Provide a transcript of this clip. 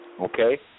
okay